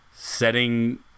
setting